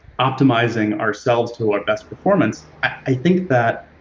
optimizing our cells to our best performance, i think that